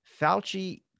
Fauci